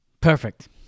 perfect